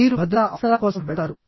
మీరు భద్రతా అవసరాల కోసం వెళతారు